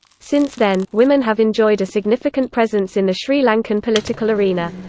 since then, women have enjoyed a significant presence in the sri lankan political arena.